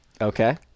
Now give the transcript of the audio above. okay